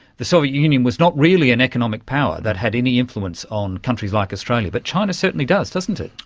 the soviet union was not really an economic power that had any influence on countries like australia, but china certainly does, doesn't it.